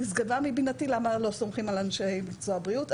נשגב מבינתי למה לא סומכים על אנשי מקצועות הבריאות.